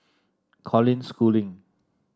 Colin Schooling